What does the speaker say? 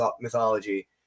mythology